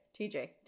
TJ